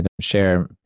share